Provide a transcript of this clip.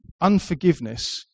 unforgiveness